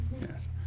yes